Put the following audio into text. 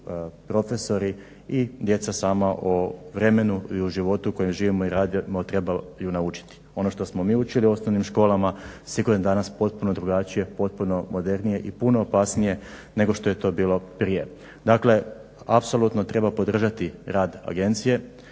profesori i djeca sama o vremenu i u životu u kojem živimo i radimo trebaju naučiti. Ono što smo mi učili u osnovnim školama sigurno je danas potpuno drugačije, potpuno modernije i puno opasnije nego što je to bilo prije. Dakle, apsolutno treba podržati rad agencije.